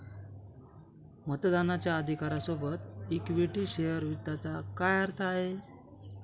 मतदानाच्या अधिकारा सोबत इक्विटी शेअर वित्ताचा काय अर्थ आहे?